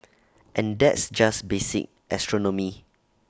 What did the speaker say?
and that's just basic astronomy